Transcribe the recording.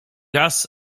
raz